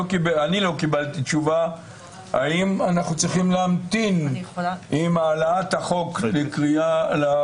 אני לא קיבלתי תשובה האם אנחנו צריכים להמתין עם העלאת החוק למליאה,